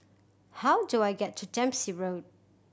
how do I get to Dempsey Road